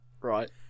Right